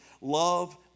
love